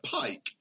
Pike